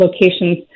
locations